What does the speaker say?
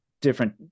Different